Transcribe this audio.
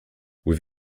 with